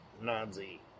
Nazi